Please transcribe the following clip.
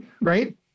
right